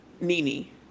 Nini